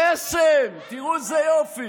יש לנו יש שמונה, קסם, תראו איזה יופי: